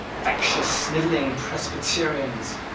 factious snivelling presbyterians!